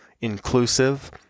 inclusive